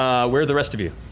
where are the rest of you?